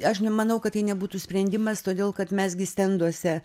aš nemanau kad tai nebūtų sprendimas todėl kad mes gi stenduose